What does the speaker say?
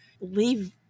leave